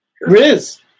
Riz